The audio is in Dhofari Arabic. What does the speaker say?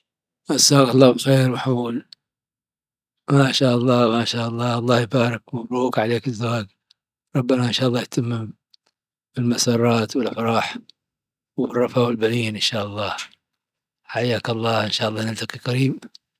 مساك الله بالخير محمود. ما شاء الله ما شاء الله. الله يبارك مبروك عليك الزواج. ربنا ان شاء الله يتمم بالمسرات والأفراح والرفاء والبنين. حياك الله ان شاء الله نلتقي قريب.